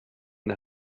the